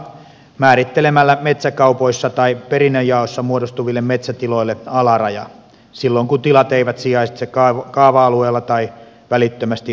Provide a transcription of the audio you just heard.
määrittelemällä metsäkaupoissa tai perinnönjaossa muodostuville metsätiloille alaraja silloin kun tilat eivät sijaitse kaava alueella tai välittömästi asuinkiinteistöjen yhteydessä